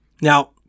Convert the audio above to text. Now